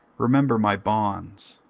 remember my bonds.